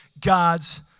God's